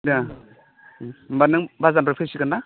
दे होमब्ला नों बाजारनिफ्राय फैसिगोन ना